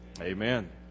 Amen